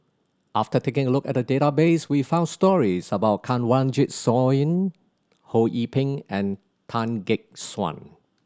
after taking a look at the database we found stories about Kanwaljit Soin Ho Yee Ping and Tan Gek Suan